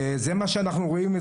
וזה מה שאנחנו רואים,